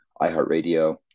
iHeartRadio